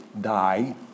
die